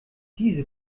diese